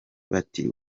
bati